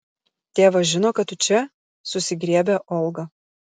tėvas žino kad tu čia susigriebia olga